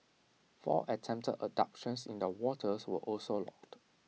four attempted abductions in the waters were also logged